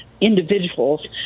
individuals